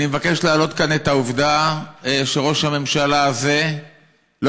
אני מבקש להעלות כאן את העובדה שראש הממשלה הזה לא